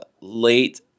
late